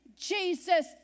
Jesus